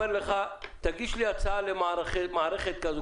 אומר לך שתגיש לי הצעה למערכת כזו,